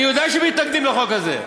אני יודע שמתנגדים לחוק הזה,